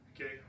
Okay